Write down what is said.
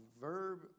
verb